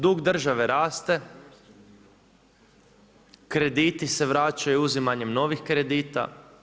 Dug države raste, krediti se vraćaju uzimanjem novih kredita.